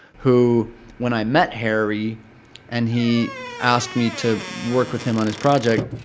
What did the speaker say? who when i met harry and he asked me to work with him on his project,